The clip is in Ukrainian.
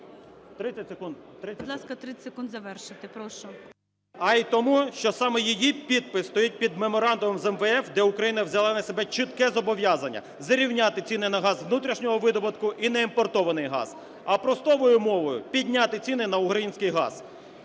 А й тому, що саме її підпис стоїть під меморандумом з МВФ, де Україна взяла на себе чітке зобов'язання зрівняти ціни на газ внутрішнього видобутку і неімпортований газ. А простою мовою: підняти ціни на український газ.